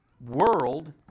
world